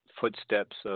footsteps